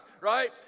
right